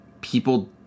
people